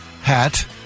hat